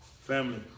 Family